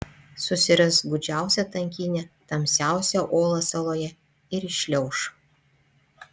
susiras gūdžiausią tankynę tamsiausią olą saloje ir įšliauš